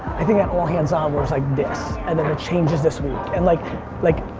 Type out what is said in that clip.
i think that all hands on was like this. and then the changes this week. and like like